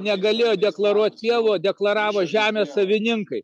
negalėjo deklaruot pievų o deklaravo žemės savininkai